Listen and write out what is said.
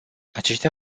aceștia